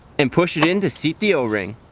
and push it in to seat the o-ring.